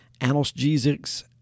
analgesics